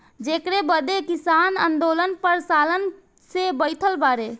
जेकरे बदे किसान आन्दोलन पर सालन से बैठल बाड़े